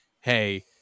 hey